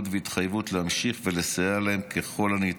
וההתחייבות היא להמשיך ולסייע להם ככל הניתן